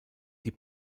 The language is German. die